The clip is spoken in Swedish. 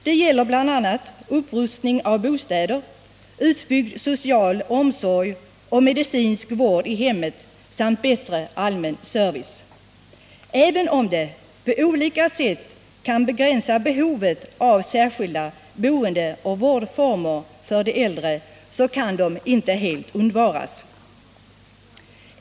Det gäller bl.a. upprustning av bostäder, utbyggd social omsorg och medicinsk vård i hemmen samt bättre allmän service. Även om man på olika sätt kan begränsa behovet av särskilda boendeoch vårdformer för de äldre kan de ändå inte helt undvaras.